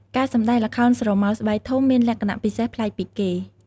ការសម្តែងល្ខោនស្រមោលស្បែកធំមានលក្ខណៈពិសេសប្លែកពីគេ។